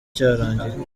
cyarangiye